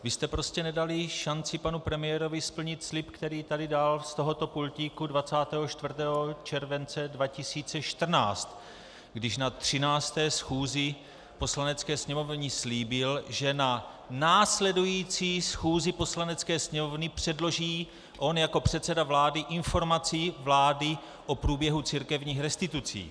Vy jste prostě nedali šanci panu premiérovi splnit slib, který tu dal z tohoto pultíku 24. července 2014, když na 13. schůzi Poslanecké sněmovny slíbil, že na následující schůzi Poslanecké sněmovny předloží on jako předseda vlády informaci vlády o průběhu církevních restitucí.